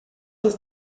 ist